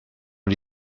gli